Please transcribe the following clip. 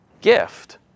gift